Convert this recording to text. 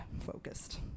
focused